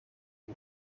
een